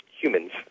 humans